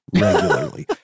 regularly